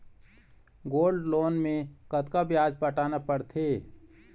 Gold loan मे कतका ब्याज पटाना पड़थे?